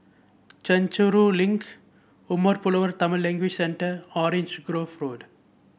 Chencharu Link Umar Pulavar Tamil Language Centre Orange Grove Road